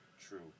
true